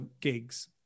gigs